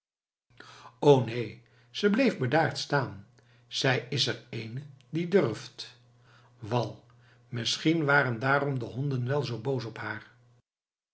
o neen ze bleef bedaard staan zij is er eene die durft wal misschien waren daarom de honden wel zoo boos op haar